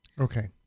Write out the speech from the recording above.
Okay